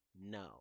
No